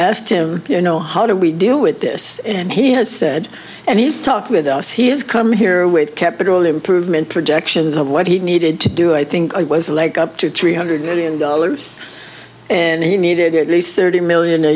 messed him you know how do we deal with this he has said and he's talked with us he has come here with capital improvement projections of what he needed to do i think it was a leg up to three hundred million dollars and he needed at least thirty million a